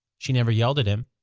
she never yelled at him,